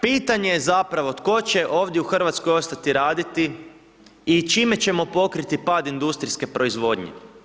Pitanje je zapravo tko će ovdje u Hrvatskoj ostati raditi i čime ćemo pokriti pad industrijske proizvodnje.